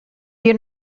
you